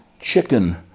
chicken